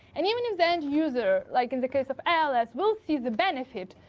and even if the end user, like in the case of l, as we'll see the benefit,